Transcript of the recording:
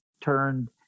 turned